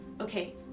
okay